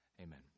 Amen